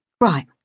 Right